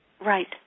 Right